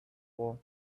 war